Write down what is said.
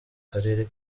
karere